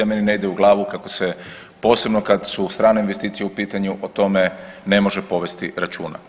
Meni ne ide u glavu kako se posebno kad su strane investicije u pitanju o tome ne može povesti računa.